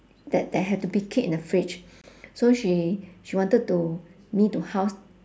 that that had to be keep in the fridge so she she wanted to me to house